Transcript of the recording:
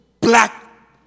black